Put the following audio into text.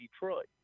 Detroit